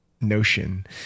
notion